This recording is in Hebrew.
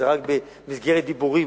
זה רק במסגרת דיבורים.